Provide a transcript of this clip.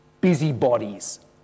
busybodies